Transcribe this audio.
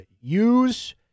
use